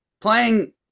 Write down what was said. playing